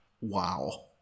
wow